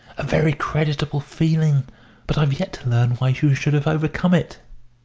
a very creditable feeling but i've yet to learn why you should have overcome it.